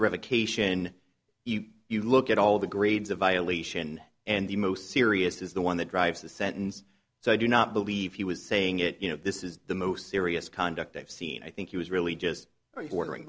revocation if you look at all the grades a violation and the most serious is the one that drives the sentence so i do not believe he was saying it you know this is the most serious conduct i've seen i think he was really just